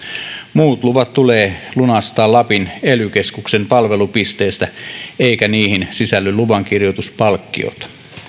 muut luvat tulee lunastaa lapin ely keskuksen palvelupisteestä eikä niihin sisälly luvankirjoituspalkkiota